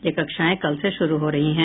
ये कक्षाएं कल से शुरू हो रही हैं